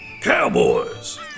cowboys